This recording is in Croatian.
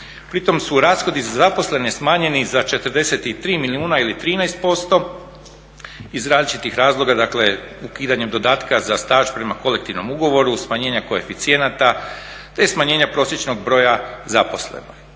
Pri tom su rashodi za zaposlene smanjeni za 43 milijuna ili 13% iz različitih razloga, dakle ukidanjem dodatka za staž prema kolektivnom ugovoru, smanjenje koeficijenta te smanjenja prosječnog broja zaposlenih.